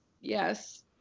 yes